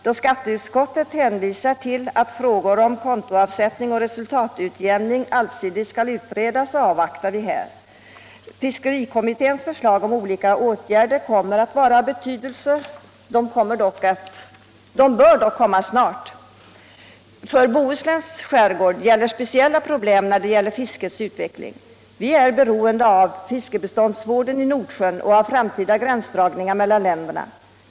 Då skatteutskottet hänvisar till att frågor om kontoavsättning och resultatutjämning allsidigt skall utredas, avvaktar vi i den frågan. Fiskerikommitténs förslag till olika åtgärder kommer att vara av betydelse. De bör dock komma snabbt. För Bohusläns skärgård gäller speciella problem i vad avser fiskets utveckling. Vi är beroende av fiskbeståndsvården i Nordsjön och av framtida gränsdragningar mellan länderna.